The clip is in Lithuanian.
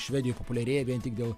švedijoj populiarėja vien tik dėl